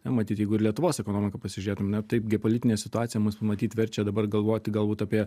ne matyt jeigu ir lietuvos ekonomiką pasižiūrėtum ne taip geopolitinė situacija mus pamatyt verčia dabar galvoti galbūt apie